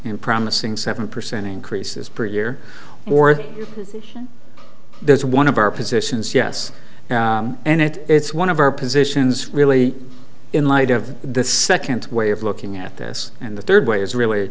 in promising seven percent increases per year already there's one of our positions yes and it it's one of our positions really in light of the second way of looking at this and the third way is